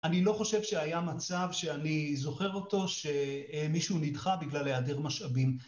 אני לא חושב שהיה מצב, שאני זוכר אותו, שמישהו נדחה בגלל היעדר משאבים.